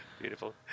Beautiful